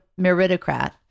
meritocrat